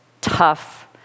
tough